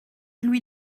lui